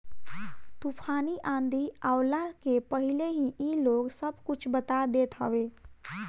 तूफ़ान आंधी आवला के पहिले ही इ लोग सब कुछ बता देत हवे